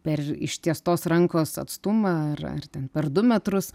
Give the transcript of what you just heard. per ištiestos rankos atstumą ar ar ten per du metrus